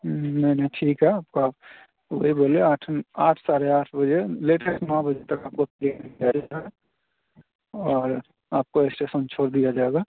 नहीं नहीं ठीक है आपका वही बोले आठ आठ साढ़े आठ बजे लेटेसट नौ बजे तक आपको और आपको इस्टेसन छोड़ दिया जाएगा